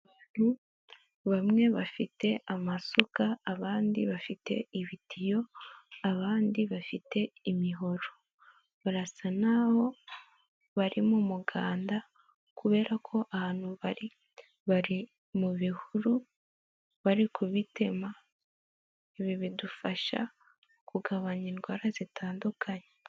Bamwe bafite amasuka, abandi bafite ibitiyo, abandi bafite imihoro. Barasa naho bari mu muganda, kubera ko ahantu bari, bari mu bihuru, bari kubitema, ibi bidufasha kugabanya indwara zitandukanye.